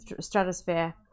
stratosphere